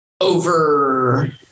Over